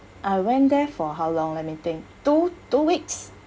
I went there for how long let me think two two weeks